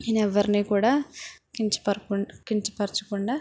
నేను ఎవ్వరినీ కూడా కించపకుం కించపరచకుండా